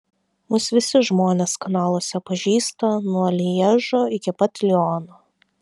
mus visi žmonės kanaluose pažįsta nuo lježo iki pat liono